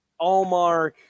Allmark